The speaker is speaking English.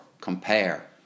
compare